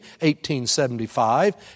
1875